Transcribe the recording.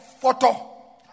photo